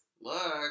look